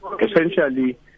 Essentially